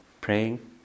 praying